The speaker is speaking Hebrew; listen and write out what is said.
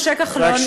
משה כחלון,